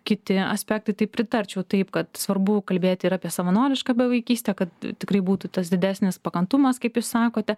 kiti aspektai tai pritarčiau taip kad svarbu kalbėti ir apie savanorišką bevaikystę kad tikrai būtų tas didesnis pakantumas kaip jūs sakote